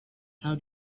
how